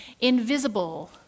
invisible